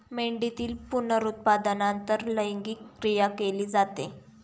मेंढीतील पुनरुत्पादनानंतर लैंगिक क्रिया केली जाते